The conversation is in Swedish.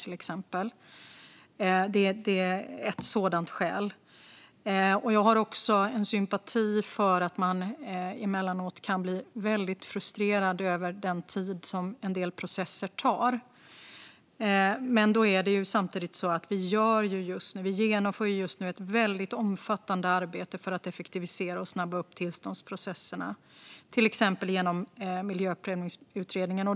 Det är ett sådant skäl. Jag har också sympati för att man emellanåt kan bli väldigt frustrerad över den tid som en del processer tar. Men vi genomför just nu ett väldigt omfattande arbete för att effektivisera och snabba på tillståndsprocesserna, till exempel genom Miljöprövningsutredningen.